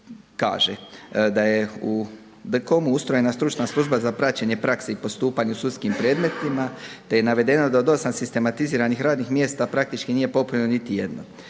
kaže da je u DKOM-u ustrojena stručna služba za praćenje prakse i postupanja u sudskim predmetima, te je navedeno da od 8 sistematiziranih radnih mjesta praktički nije popunjeno niti jedno.